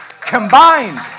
combined